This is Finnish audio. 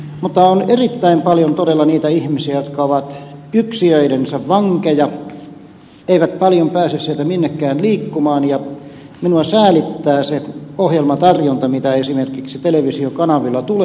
mutta on todella erittäin paljon niitä ihmisiä jotka ovat yksiöidensä vankeja eivät paljon pääse sieltä minnekään liikkumaan ja minua säälittää se ohjelmatarjonta mitä esimerkiksi televisiokanavilla tulee